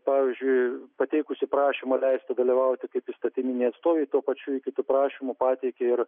pavyzdžiui pateikusi prašymą leisti dalyvauti kaip įstatyminei atstovei tuo pačiu ji kitu prašymu pateikia ir